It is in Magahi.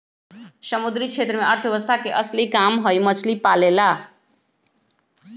समुद्री क्षेत्र में अर्थव्यवस्था के असली काम हई मछली पालेला